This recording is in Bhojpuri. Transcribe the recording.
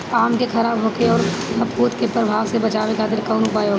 आम के खराब होखे अउर फफूद के प्रभाव से बचावे खातिर कउन उपाय होखेला?